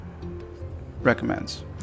recommends